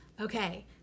Okay